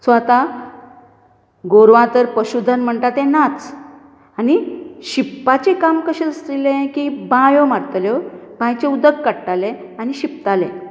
so आतां गोरवां तर पशूधन म्हणटा ते नाच आनी शिपपाचें काम कशें आसतले कि बायों मारताल्यो बांयचे उदक काडटाले आनी शिंपताले